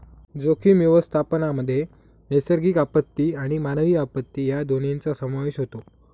जोखीम व्यवस्थापनामध्ये नैसर्गिक आपत्ती आणि मानवी आपत्ती या दोन्हींचा समावेश होतो